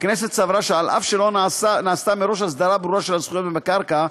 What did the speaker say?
הכנסת סברה שאף שלא נעשתה מראש הסדרה ברורה של הזכויות בקרקע,